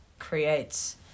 creates